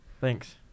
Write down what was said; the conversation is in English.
Thanks